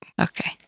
Okay